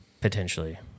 Potentially